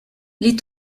les